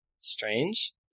strange